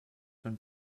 van